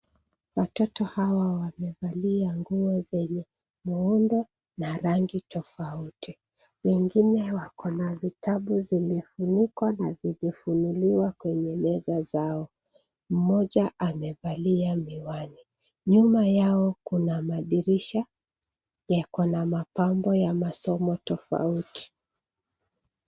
Watoto hawa wamevalia nguo zenye muundo na rangi tofauti. Wengine wakona vitabu zimefunikwa na zimefunuliwa kwenye meza zao . Mmoja amevalia miwani. Nyuma yao kuna madirisha, yakona mapambo ya masomo tofauti.